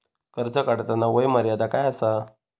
कर्ज काढताना वय मर्यादा काय आसा?